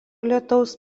lietaus